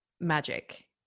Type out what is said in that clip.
magic